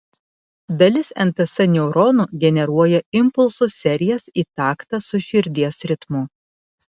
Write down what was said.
dalis nts neuronų generuoja impulsų serijas į taktą su širdies ritmu